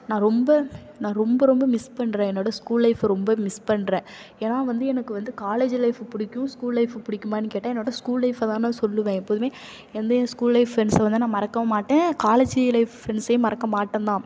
நான் ரொம்ப நான் ரொம்ப ரொம்ப மிஸ் பண்ணுறேன் என்னோட ஸ்கூல் லைஃப்பை ரொம்ப மிஸ் பண்ணுறேன் ஏன்னா வந்து எனக்கு வந்து காலேஜ் லைஃப்பை பிடிக்கும் ஸ்கூல் லைஃப்பை பிடிக்குமான்னு கேட்டால் என்னோட ஸ்கூல் லைஃப்பை தான் நான் சொல்லுவேன் எப்போதுமே எந்த என் ஸ்கூல் லைஃப் ஃப்ரெண்ட்ஸை வந்து நான் மறக்கவும் மாட்டேன் காலேஜ் லைஃப் ஃப்ரெண்ட்ஸையும் மறக்க மாட்டேன் தான்